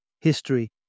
History